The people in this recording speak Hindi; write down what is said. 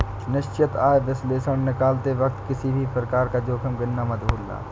निश्चित आय विश्लेषण निकालते वक्त किसी भी प्रकार का जोखिम गिनना मत भूलना